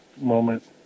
moment